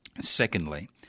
Secondly